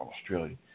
Australia